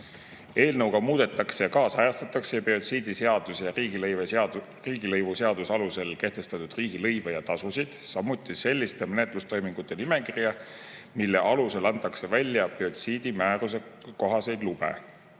Eelnõuga muudetakse ja kaasajastatakse biotsiidiseaduse ja riigilõivuseaduse alusel kehtestatud riigilõive ja tasusid, samuti selliste menetlustoimingute nimekirja, mille alusel antakse biotsiidimääruse kohaselt